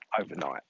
overnight